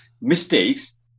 mistakes